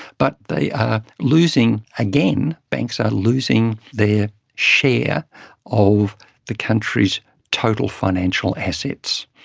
but they are losing again, banks are losing their share of the country's total financial assets.